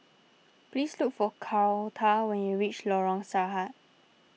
please look for Carlota when you reach Lorong Sarhad